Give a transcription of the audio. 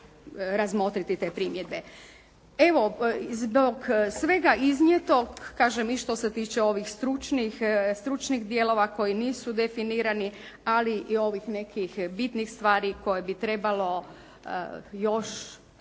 razmotriti te primjedbe. Evo i zbog svega iznijetog, kažem i što se tiče ovih stručnih dijelova koji nisu definirani ali i ovih nekih bitnih stvari koje bi trebalo još razmisliti